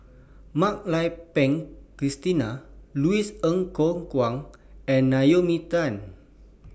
Mak Lai Peng Christine Louis Ng Kok Kwang and Naomi Tan